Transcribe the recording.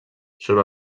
sobre